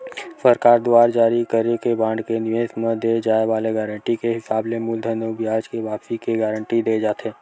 सरकार दुवार जारी करे के बांड के निवेस म दे जाय वाले गारंटी के हिसाब ले मूलधन अउ बियाज के वापसी के गांरटी देय जाथे